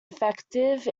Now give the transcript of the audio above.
effective